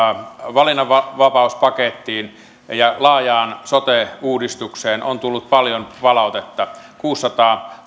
valinnanvapauspakettiin ja laajaan sote uudistukseen on tullut paljon palautetta kuusisataa